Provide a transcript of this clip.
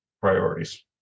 priorities